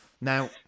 Now